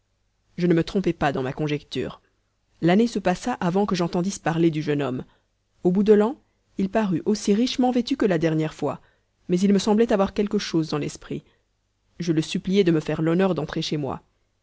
je ne me trompai pas dans ma conjecture l'année se passa avant que j'entendisse parler du jeune homme au bout de l'an il parut aussi richement vêtu que la dernière fois mais il me semblait avoir quelque chose dans l'esprit je le suppliai de me faire l'honneur d'entrer chez moi